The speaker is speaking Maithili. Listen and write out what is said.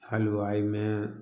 हलुवाइमे